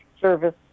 service